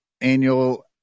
Annual